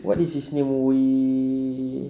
what is his name will